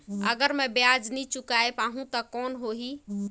अगर मै ब्याज नी चुकाय पाहुं ता कौन हो ही?